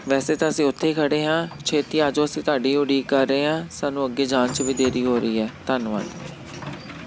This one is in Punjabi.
ਵੈਸੇ ਤਾਂ ਅਸੀਂ ਉੱਥੇ ਹੀ ਖੜ੍ਹੇ ਹਾਂ ਛੇਤੀ ਆ ਜਾਉ ਅਸੀਂ ਤੁਹਾਡੀ ਉਡੀਕ ਕਰ ਰਹੇ ਹਾਂ ਸਾਨੂੰ ਅੱਗੇ ਜਾਣ 'ਚ ਵੀ ਦੇਰੀ ਹੋ ਰਹੀ ਹੈ ਧੰਨਵਾਦ